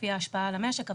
לפי ההשפעה על המשק.